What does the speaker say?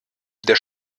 der